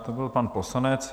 To byl pan poslanec.